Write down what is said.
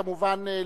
כמובן,